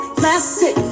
classic